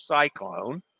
cyclone